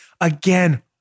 again